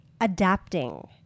adapting